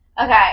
Okay